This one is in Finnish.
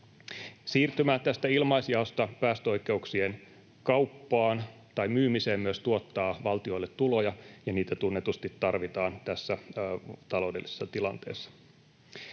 Siirtymä tästä ilmaisjaosta päästöoikeuksien kappaan tai myymiseen myös tuottaa valtiolle tuloja, ja niitä tunnetusti tarvitaan tässä taloudellisessa tilanteessa.